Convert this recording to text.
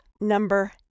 number